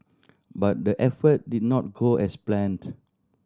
but the effort did not go as planned